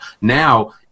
now